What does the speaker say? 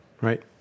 right